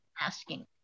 asking